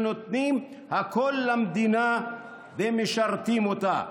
שנותנים למדינה הכול ומשרתים אותה.